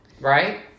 Right